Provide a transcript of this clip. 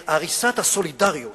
הריסת הסולידריות